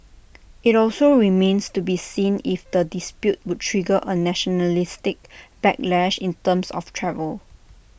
IT also remains to be seen if the dispute would trigger A nationalistic backlash in terms of travel